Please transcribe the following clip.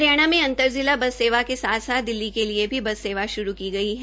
हरियाणा के अंतरजिला बस सेवा के साथ साथ दिल्ली के लिए भी बस सेवा शुरू हो गई है